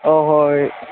ꯑꯧ ꯍꯣꯏ ꯍꯣꯏ